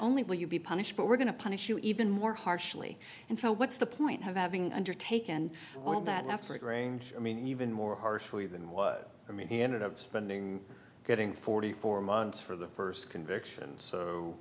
only will you be punished but we're going to punish you even more harshly and so what's the point of having undertaken will that after grange i mean even more harshly than what i mean he ended up spending getting forty four months for the st conviction so